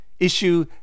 Issue